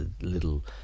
little